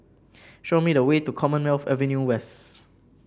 show me the way to Commonwealth Avenue West